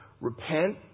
Repent